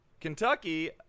Kentucky